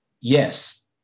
yes